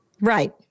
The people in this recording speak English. Right